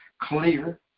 clear